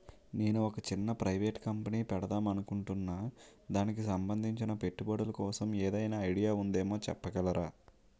నేను ఒక చిన్న ప్రైవేట్ కంపెనీ పెడదాం అనుకుంటున్నా దానికి సంబందించిన పెట్టుబడులు కోసం ఏదైనా ఐడియా ఉందేమో చెప్పగలరా?